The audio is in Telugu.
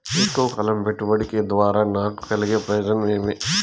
ఎక్కువగా కాలం పెట్టుబడి ద్వారా నాకు కలిగే ప్రయోజనం ఏమి?